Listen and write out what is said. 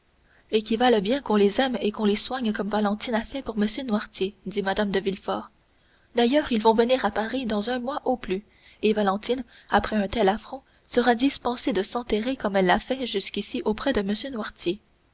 et qui valent bien qu'on les aime et qu'on les soigne comme valentine a fait pour m noirtier dit mme de villefort d'ailleurs ils vont venir à paris dans un mois au plus et valentine après un tel affront sera dispensée de s'enterrer comme elle l'a fait jusqu'ici auprès de